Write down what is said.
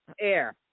Air